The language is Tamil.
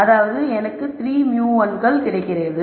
அதாவது எனக்கு 3 μ1 கிடைக்கிறது